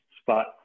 spot